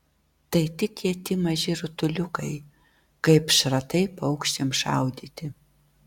tai tik kieti maži rutuliukai kaip šratai paukščiams šaudyti